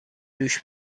دوش